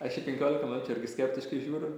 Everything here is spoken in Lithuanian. aš į penkiolika minučių irgi skeptiškai žiūriu